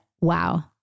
wow